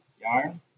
yarn